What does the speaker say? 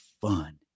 fun